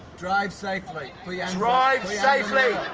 drive safely. but yeah drive safely.